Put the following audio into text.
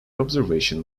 observation